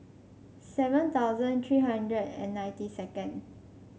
seven thousand three hundred and ninety second